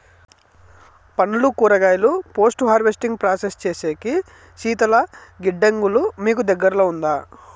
పండ్లు కూరగాయలు post harvesting process సేసేకి శీతల గిడ్డంగులు మీకు దగ్గర్లో ఉందా?